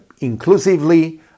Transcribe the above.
inclusively